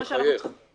יגאל פרסלר מחייך.